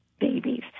babies